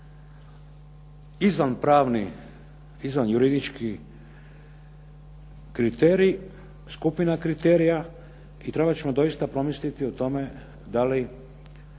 izvanpravni, izvanjuridički kriterij, skupina kriterija i trebati ćemo doista promisliti o tome da li